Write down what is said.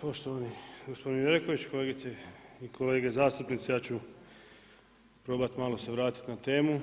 Poštovani gospodin Jureković, kolegice i kolege zastupnici, ja ću probati malo se vratiti na temu